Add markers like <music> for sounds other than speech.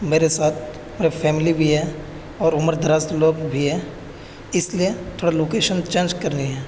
میرے ساتھ <unintelligible> فیملی بھی ہے اور عمر دراز لوگ بھی ہیں اس لیے تھوڑا لوکیشن چینج کرنی ہے